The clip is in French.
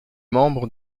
membre